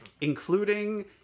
including